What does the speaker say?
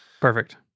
Perfect